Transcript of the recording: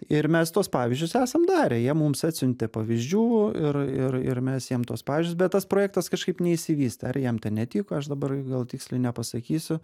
ir mes tuos pavyzdžius esam darę jie mums atsiuntė pavyzdžių ir ir ir mes jiem tuos pavyzdžius bet tas projektas kažkaip neišsivystė ar jiem ten netiko aš dabar gal tiksliai nepasakysiu